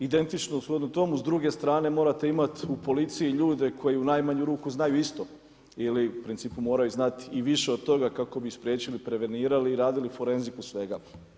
Identično srodno tomu, s druge strane morate imati u policiji ljude koji u najmanju ruku znaju isto ili u principu moraju znati i više od toga kako bi spriječili, prevenirali i radili forenziku svega.